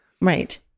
Right